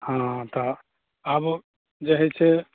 हँ तऽ आबो जे हए से